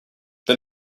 the